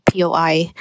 POI